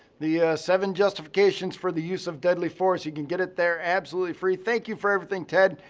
the seven justifications for the use of deadly force. you can get it there absolutely free. thank you for everything, ted.